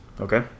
okay